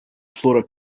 flora